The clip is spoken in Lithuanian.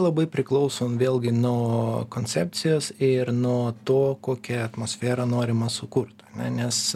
labai priklauso vėlgi nuo koncepcijos ir nuo to kokią atmosferą norima sukurt ane nes